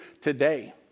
today